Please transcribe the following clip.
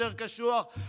יותר כוח,